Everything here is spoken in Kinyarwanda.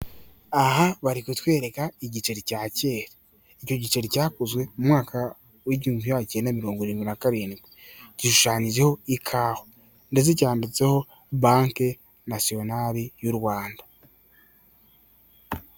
Aha bari kutwereka igiceri cya kera. Icyo giceri cyakozwe mu mwaka w'igihumbi kimwe magana kenenda mirongo irindwi na karindwi, gishushanyijeho ikawa ndetse cyanyanditseho banki nasiyonari y'u Rwanda.